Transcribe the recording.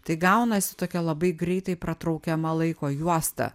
tai gaunasi tokia labai greitai pratraukiama laiko juosta